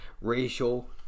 racial